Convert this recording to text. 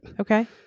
Okay